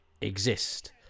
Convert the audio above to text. exist